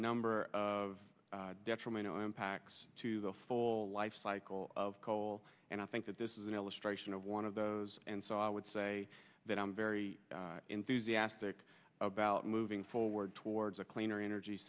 number of detrimental impacts to the full life cycle of coal and i think that this is an illustration of one of those and so i would say that i'm very enthusiastic about moving forward towards a cleaner energy